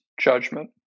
judgment